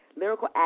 lyrical